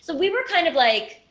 so we were kind of like,